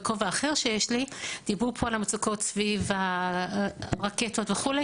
בכובע אחר שיש לי: דיברו פה על המצוקות סביב הרקטות וכו'